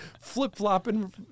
flip-flopping